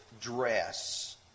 dress